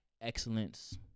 excellence